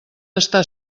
estar